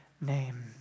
name